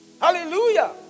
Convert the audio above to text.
Hallelujah